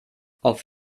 auf